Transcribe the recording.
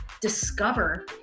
discover